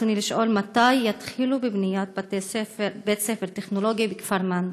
ברצוני לשאול: מתי יתחילו בבניית בית-ספר טכנולוגי בכפר מנדא?